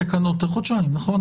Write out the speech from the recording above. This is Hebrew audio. התקנות הן בנות חודשיים, נכון?